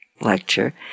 lecture